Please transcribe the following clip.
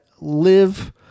live